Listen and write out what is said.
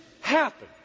happen